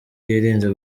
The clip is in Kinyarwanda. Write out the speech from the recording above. yirinze